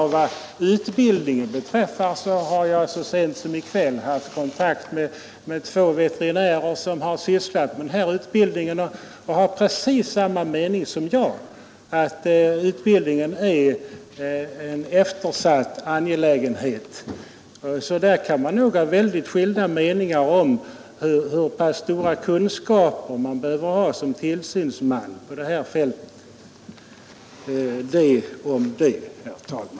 Vad utbildningen beträffar vill jag framhålla att jag så sent som i kväll har haft kontakt med två veterinärer som sysslat med denna utbildning. De har precis samma mening som jag, nämligen att utbildningen är en eftersatt angelägenhet, så man kan nog ha väldigt skilda meningar om hur pass stora kunskaper en tillsynsman på detta fält behöver ha.